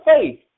faith